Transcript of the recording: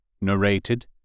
Narrated